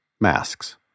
masks